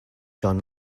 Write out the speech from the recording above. john